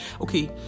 okay